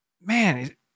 Man